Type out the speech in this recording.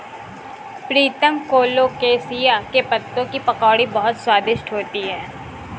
प्रीतम colocasia के पत्तों की पकौड़ी बहुत स्वादिष्ट होती है